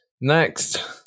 Next